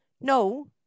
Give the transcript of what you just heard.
no